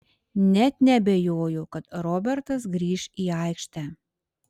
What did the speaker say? net neabejoju kad robertas grįš į aikštę